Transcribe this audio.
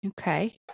Okay